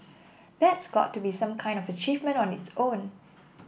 that's got to be some kind of achievement on its own